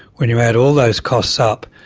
when you add all those costs up,